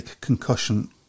concussion